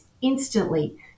instantly